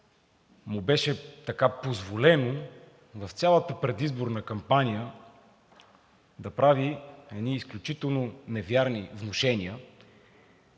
му е позволено в цялата предизборна кампания да прави едни изключително неверни внушения,